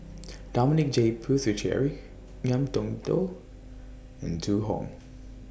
Dominic J Puthucheary Ngiam Tong Dow and Zhu Hong